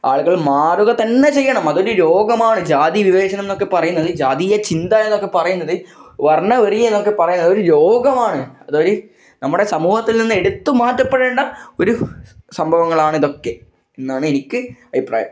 ആളുകൾ മാറുക തന്നെ ചെയ്യണം അതൊരു രോഗമാണ് ജാതി വിവേചനം എന്നൊക്കെ പറയുന്നത് ജാതീയ ചിന്ത എന്നൊക്കെ പറയുന്നത് വർണവെറി എന്നൊക്കെ പറയുന്ന ഒരു രോഗമാണ് അതൊരു നമ്മുടെ സമൂഹത്തിൽ നിന്ന് എടുത്തു മാറ്റപ്പെടേണ്ട ഒരു സംഭവങ്ങളാണ് ഇതൊക്കെ എന്നാണ് എനിക്ക് അഭിപ്രായം